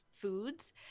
foods